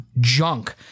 junk